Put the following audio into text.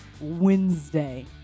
Wednesday